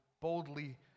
boldly